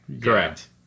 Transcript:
Correct